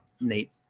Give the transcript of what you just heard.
Nate